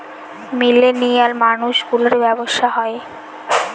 millennial মানুষ গুলোর ব্যাবসা হয়